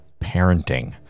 parenting